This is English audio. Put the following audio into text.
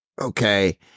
Okay